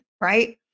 Right